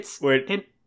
Wait